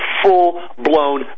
full-blown